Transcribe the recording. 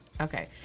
Okay